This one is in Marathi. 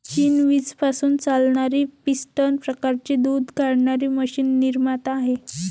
चीन वीज पासून चालणारी पिस्टन प्रकारची दूध काढणारी मशीन निर्माता आहे